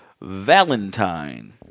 Valentine